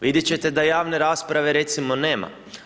Vidjet će te da javne rasprave recimo nema.